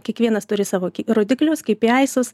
kiekvienas turi savo rodiklius kaip iaisas